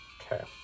Okay